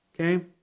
Okay